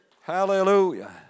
Hallelujah